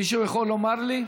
מישהו יכול לומר לי?